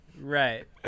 Right